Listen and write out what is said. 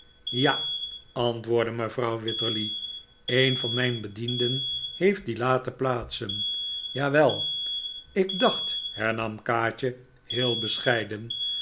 ja antwoordde mevrouw wititterly een van mijn bedienden heeft die laten plaatsen jawel ik dacht hernam kaatje heel bescheiden